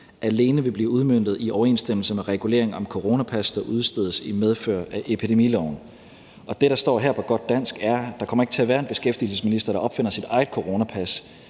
alene vil blive udmøntet i overensstemmelse med regulering om coronapas, der udstedes i medfør af epidemiloven. Og det, der står her på godt dansk, er: Der kommer ikke til at være en beskæftigelsesminister, der opfinder sit eget coronapas.